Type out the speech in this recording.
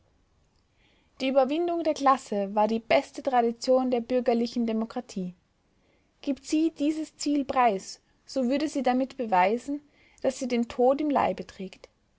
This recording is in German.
die überwindung der klasse war die beste tradition der bürgerlichen demokratie gibt sie dieses ziel preis so würde sie damit beweisen daß sie den tod im leibe trägt